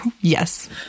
Yes